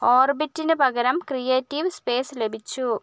ഓർബിറ്റിന് പകരം creative space ലഭിച്ചു